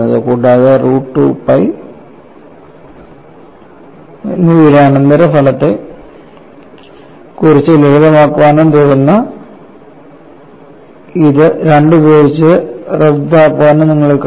കൂടാതെ root 2 pi 2 pi എന്നിവയുടെ അനന്തര ഫലത്തെ കുറച്ച് ലളിതമാക്കാനും തുടർന്ന് ഇത് 2 ഉപയോഗിച്ച് റദ്ദാക്കാനും നിങ്ങൾക്ക് കഴിയും